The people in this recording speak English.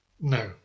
no